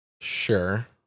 sure